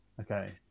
okay